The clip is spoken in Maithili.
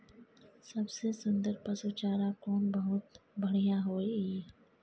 सबसे सुन्दर पसु चारा कोन बहुत बढियां होय इ?